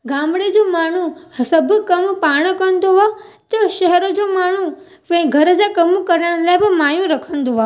गामिड़े जो माण्हूं सभु कम पाण कंदो आहे त शहर जो माण्हू प घर जा कम करण लाइ बि मायूं रखंदो आहे